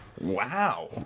Wow